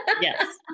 Yes